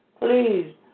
Please